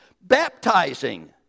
baptizing